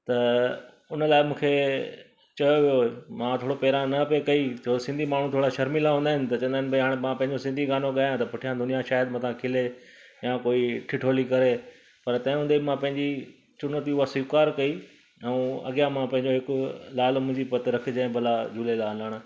त उन लाइ मूंखे चयो वियो मां पहिरियों थोरा न पई कई छो सिंधी माण्हू थोरा शर्मिला हूंदा आहिनि त चवंद आहिनि भाई हाणे मां पंहिंजो सिंधी गानो गाया त पुठियां दुनिया शायद मूंतां खिले या कोई ठिठोली करे पर तंहिं हूंदे बि मां पंहिंजी चुनौती हूअ स्वीकार कई ऐं अॻियां मां पंहिंजो हिकु लाल मुहिंजी पत रखिजे भला झूले लालण